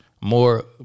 more